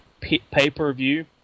pay-per-view